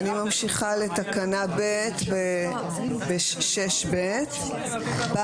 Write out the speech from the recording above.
שטחו הממוצע של השטח השמיש הוא 1,111